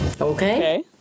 Okay